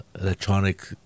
electronic